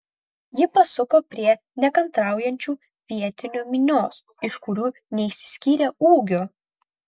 ji pasuko prie nekantraujančių vietinių minios iš kurių neišsiskyrė ūgiu